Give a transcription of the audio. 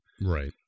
Right